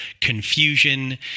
confusion